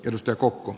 risto kokko